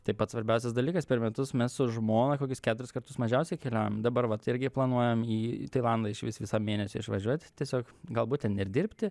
tai pats svarbiausias dalykas per metus mes su žmona kokius keturis kartus mažiausiai keliaujam dabar vat irgi planuojam į tailandą išvis visam mėnesiui išvažiuot tiesiog galbūt ten ir dirbti